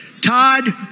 Todd